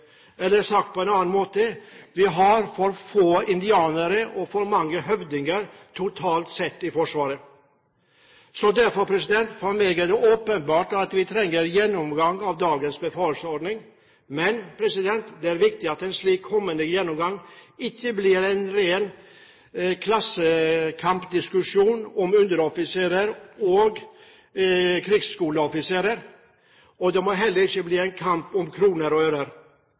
eller sagt på en annen måte: Vi har for få indianere og for mange høvdinger totalt sett i Forsvaret. Derfor er det for meg åpenbart at vi trenger en gjennomgang av dagens befalsordning, men det er viktig at en slik kommende gjennomgang ikke blir en ren klassekampdiskusjon om underoffiserer og krigsskoleoffiserer. Det må heller ikke bli en kamp om kroner og